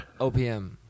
OPM